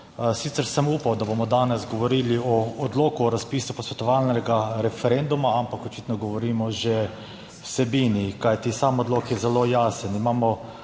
Sicer sem upal, da bomo danes govorili o odloku o razpisu posvetovalnega referenduma, ampak očitno govorimo že o vsebini, kajti sam odlok je zelo jasen, imamo